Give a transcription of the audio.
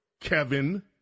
Kevin